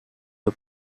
the